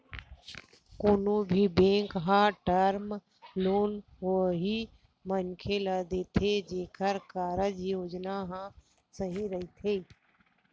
कोनो भी बेंक ह टर्म लोन उही मनखे ल देथे जेखर कारज योजना ह सही रहिथे